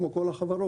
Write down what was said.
כמו בכל החברות.